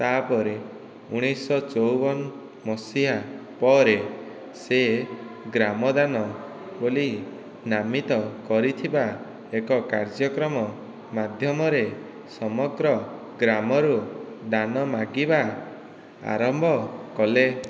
ତା'ପରେ ଉଣେଇଶହ ଚଉବନ ମସିହା ପରେ ସେ ଗ୍ରାମଦାନ ବୋଲି ନାମିତ କରିଥିବା ଏକ କାର୍ଯ୍ୟକ୍ରମ ମାଧ୍ୟମରେ ସମଗ୍ର ଗ୍ରାମରୁ ଦାନ ମାଗିବା ଆରମ୍ଭ କଲେ